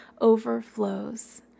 overflows